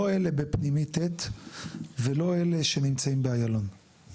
לא אלה בפנימית ט' ולא אלה שנמצאים באיילון.